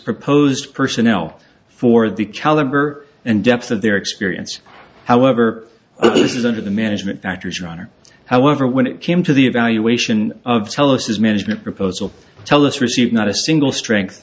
proposed personnel for the caliber and depth of their experience however it isn't the management factors runner however when it came to the evaluation of telus as management proposal tell us received not a single strength